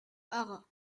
hara